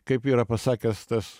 kaip yra pasakęs tas